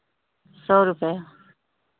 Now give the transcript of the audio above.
सौ रुपए